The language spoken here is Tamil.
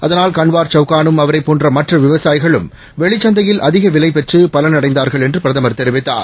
அதனால்கன்வார்சவுகானும் அவரைப்போன்றமற்றவிவசாயிகளும்வெளிச்சந்தையில்அதி கவிலைபெற்றுபலன்அடைந்தார்கள்என்றுபிரதமர்தெரிவித் தார்